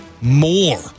more